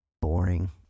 boring